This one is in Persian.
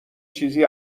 چیزی